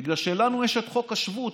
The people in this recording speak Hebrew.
בגלל שלנו יש את חוק השבות,